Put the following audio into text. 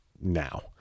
Now